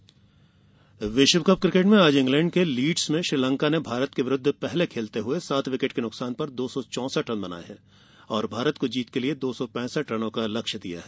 cricket विश्वकप cricket में आज इंग्लैण्ड के लीड़स में श्रीलंका ने भारत के विरुद्ध के पहले खेलते हुए सात विकेट के नुकसान पर दो सौ चौसठ रन बनाये और भारत को जीत के लिए दो सौ पैसठ रन बनाने का लक्ष्य दिया है